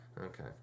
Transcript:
Okay